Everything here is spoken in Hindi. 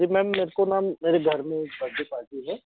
जी मैम मेरे को मैम मेरे घर में एक बड्डे पार्टी है